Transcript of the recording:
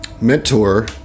Mentor